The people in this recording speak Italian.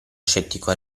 scettico